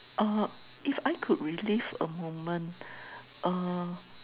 uh if I could release a moment uh